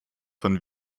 von